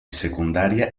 secundaria